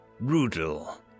brutal